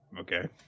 okay